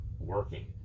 working